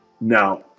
Now